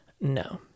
No